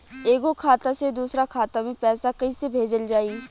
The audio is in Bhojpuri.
एगो खाता से दूसरा खाता मे पैसा कइसे भेजल जाई?